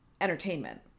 entertainment